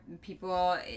people